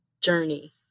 journey